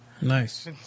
Nice